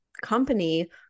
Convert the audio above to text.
company